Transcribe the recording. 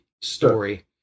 story